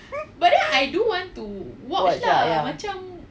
hmm hmm to watch lah ya